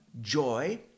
joy